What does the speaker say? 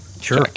Sure